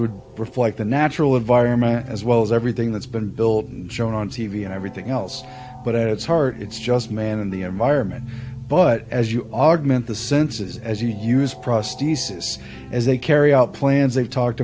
would reflect the natural environment as well as everything that's been built join on t v and everything else but it's hard it's just man in the air vironment but as you augment the senses as you use prosthesis as they carry out plans they talked